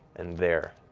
and there,